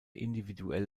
individuell